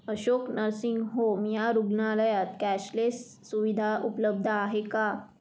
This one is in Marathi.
अशोक नर्सिंग होम या रुग्णालयात कॅशलेस सुविधा उपलब्ध आहे का